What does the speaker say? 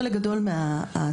חלק גדול מהשיח,